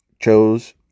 chose